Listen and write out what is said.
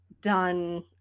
done